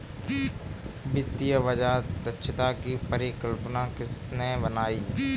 वित्तीय बाजार दक्षता की परिकल्पना किसने बनाई?